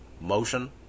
motion